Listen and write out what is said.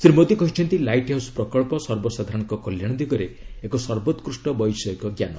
ଶ୍ରୀ ମୋଦି କହିଛନ୍ତି light house ପ୍ରକଳ୍ପ ସର୍ବସାଧାରଣଙ୍କ କଲ୍ୟାଣ ଦିଗରେ ଏକ ସର୍ବୋକୃଷ୍ଟ ବୈଷୟିକ ଜ୍ଞାନ